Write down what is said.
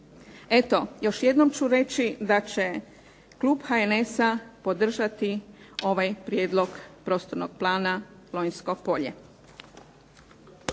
Eto, još jednom ću reći da će Klub HNS-a podržati ovaj prijedlog Prostornog plana Lonjsko polje.